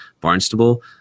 Barnstable